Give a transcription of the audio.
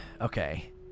Okay